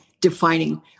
defining